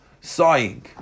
sighing